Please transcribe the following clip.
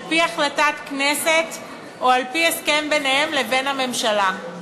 על-פי החלטת הכנסת או על-פי הסכם ביניהם לבין הממשלה”.